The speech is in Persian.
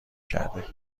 کرده